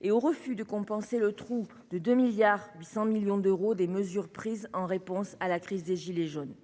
et au refus de compenser le trou creusé par les 2,8 milliards d'euros de mesures prises en réponse à la crise des gilets jaunes.